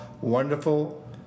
wonderful